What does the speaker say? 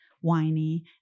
whiny